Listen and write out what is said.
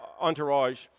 entourage